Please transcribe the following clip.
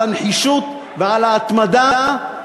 על הנחישות ועל ההתמדה.